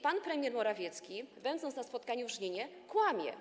Pan premier Morawiecki, będąc na spotkaniu w Żninie, kłamał.